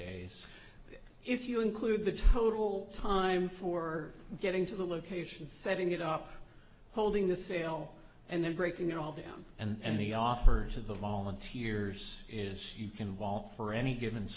days if you include the total time for getting to the location setting it up holding the sale and then breaking it all down and the offer to the volunteers is you can walk for any given